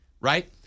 right